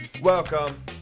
Welcome